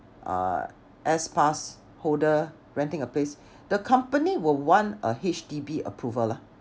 a S pass holder renting a place the company will want a H_D_B approval ah